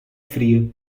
fria